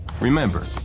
remember